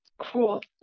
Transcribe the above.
Cool